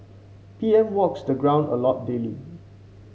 P M walks the ground a lot daily